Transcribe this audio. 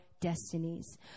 destinies